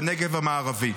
בנגב המערבי.